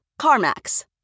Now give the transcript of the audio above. CarMax